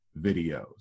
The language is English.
videos